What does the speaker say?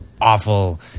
awful